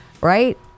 right